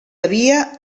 havia